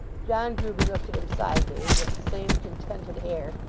john grueby looked at him sideways with the same contented air,